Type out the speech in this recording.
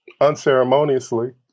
unceremoniously